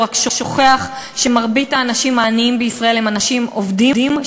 הוא רק שוכח שמרבית האנשים העניים בישראל הם אנשים עובדים,